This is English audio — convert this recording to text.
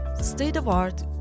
state-of-art